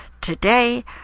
Today